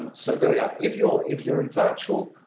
and so, there we are. if you're if you're in virtual,